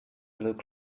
look